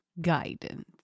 Guidance